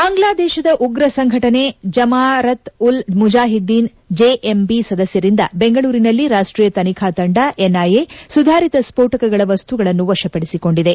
ಬಾಂಗ್ಲಾದೇಶದ ಉಗ್ರ ಸಂಘಟನೆ ಜಮಾರತ್ ಉಲ್ ಮುಜಾಹಿದ್ದೀನ್ ಜೆಎಂಬಿ ಸದಸ್ಯರಿಂದ ಬೆಂಗಳೂರಿನಲ್ಲಿ ರಾಷ್ಟೀಯ ತನಿಖಾ ತಂದ ಎನ್ಐಎ ಸುಧಾರಿತ ಸ್ಪೋಟಕಗಳ ವಸ್ತುಗಳನ್ನು ವಶಪದಿಸಿಕೊಂಡಿದೆ